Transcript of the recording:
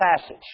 passage